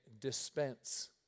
dispense